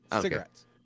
Cigarettes